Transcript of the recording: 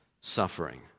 suffering